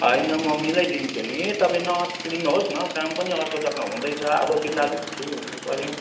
होइन म मिलाइदिन्छु नि तपाईँ नअत्तालिनुहोस् न काम पनि अर्को जग्गा हुँदैछ अब तिनीहरू फ्री हुनुपऱ्यो